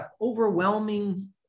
overwhelming